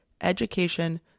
education